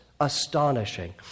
astonishing